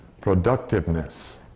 Productiveness